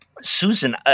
Susan